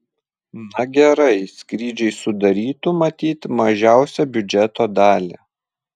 na gerai skrydžiai sudarytų matyt mažiausią biudžeto dalį